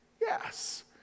Yes